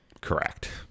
Correct